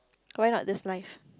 okay why not this life